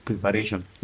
preparation